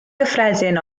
gyffredin